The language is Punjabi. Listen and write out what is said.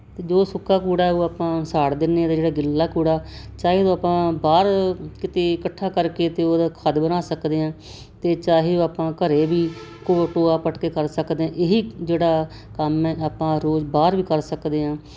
ਅਤੇ ਜੋ ਸੁੱਕਾ ਕੂੜਾ ਉਹ ਆਪਾਂ ਸਾੜ ਦਿੰਦੇ ਹਾਂ ਅਤੇ ਜਿਹੜਾ ਗਿੱਲਾ ਕੂੜਾ ਚਾਹੇ ਉਹ ਆਪਾਂ ਬਾਹਰ ਕਿਤੇ ਇਕੱਠਾ ਕਰਕੇ ਅਤੇ ਉਹਦਾ ਖਾਦ ਬਣਾ ਸਕਦੇ ਹਾਂ ਅਤੇ ਚਾਹੇ ਉਹ ਆਪਾਂ ਘਰੇ ਵੀ ਕੋਲ ਟੋਆ ਪਟ ਕੇ ਕਰ ਸਕਦੇ ਇਹੀ ਜਿਹੜਾ ਕੰਮ ਹੈ ਆਪਾਂ ਰੋਜ਼ ਬਾਹਰ ਵੀ ਕਰ ਸਕਦੇ ਹਾਂ